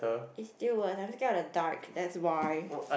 it's still worse I'm scared of the dark that's why